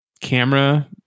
camera